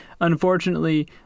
unfortunately